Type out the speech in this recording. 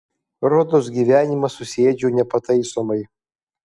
rodos gyvenimą susiėdžiau nepataisomai